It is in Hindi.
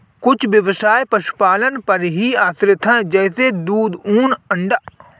कुछ ब्यवसाय पशुपालन पर ही आश्रित है जैसे दूध, ऊन, अंडा